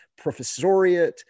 professoriate